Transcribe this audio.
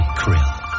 krill